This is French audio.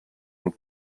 ont